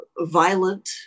violent